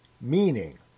meaning